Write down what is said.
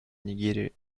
нигерия